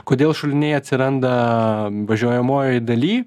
kodėl šuliniai atsiranda važiuojamojoj daly